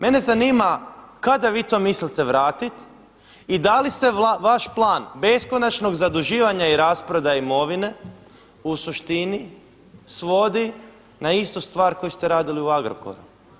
Mene zanima kada vi to mislite vratiti i da li se vaš plan beskonačnog zaduživanja i rasprodaja imovine u suštini svodi na istu stvar koju ste radili u Agrokoru?